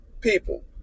People